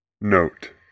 Note